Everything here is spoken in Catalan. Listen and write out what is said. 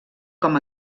com